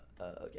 okay